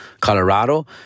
Colorado